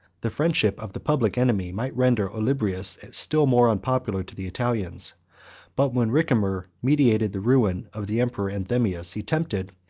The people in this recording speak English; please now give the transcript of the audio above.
the friendship of the public enemy might render olybrius still more unpopular to the italians but when ricimer meditated the ruin of the emperor anthemius, he tempted,